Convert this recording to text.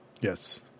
Yes